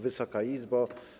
Wysoka Izbo!